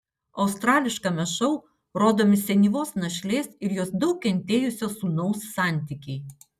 australiškame šou rodomi senyvos našlės ir jos daug kentėjusio sūnaus santykiai